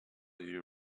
you